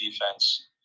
defense